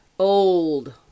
old